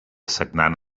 sagnant